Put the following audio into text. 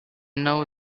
know